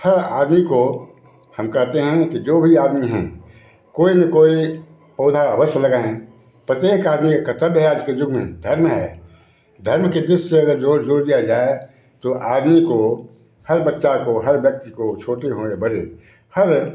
हर आदमी को हम कहते हैं कि जो भी आदमी हैं कोई ना कोई पौधा अवश्य लगाएँ प्रत्येक आदमी का कर्तव्य है आज के युग में धर्म है धर्म के दृश्य से अगर जोड़ जोड़ दिया जाए तो आदमी को हर बच्चे को हर व्यक्ति को छोटे हों या बड़े हर